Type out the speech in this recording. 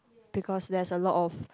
because there's a lot of